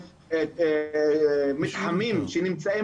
בתים שנמצאים